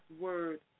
word